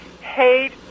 hate